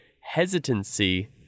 hesitancy